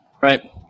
Right